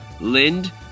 Lind